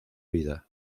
vida